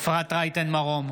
אפרת רייטן מרום,